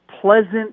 pleasant